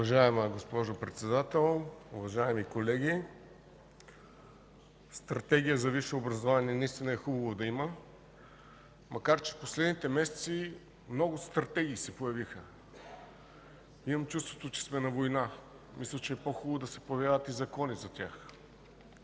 Уважаема госпожо Председател, уважаеми колеги! Стратегия за висше образование наистина е хубаво да има, макар че в последните месеци много стратегии се появиха. Имам чувството, че сме на война. Мисля, че е по-хубаво да се появяват и закони за тях.